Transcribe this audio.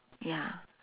ya